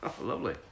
Lovely